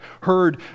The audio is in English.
heard